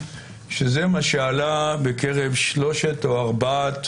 שזה מה שעלה בקרב שלושת או ארבעת